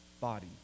body